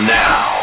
now